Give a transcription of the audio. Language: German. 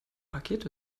paket